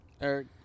Eric